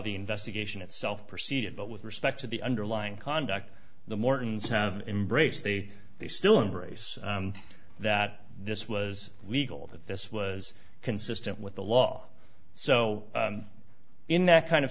the investigation itself proceeded but with respect to the underlying conduct the mortons have embraced they they still embrace that this was legal that this was consistent with the law so in that kind of